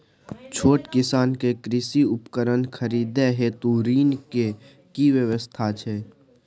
छोट किसान के कृषि उपकरण खरीदय हेतु ऋण के की व्यवस्था छै?